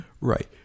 Right